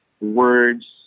words